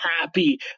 happy